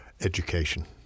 education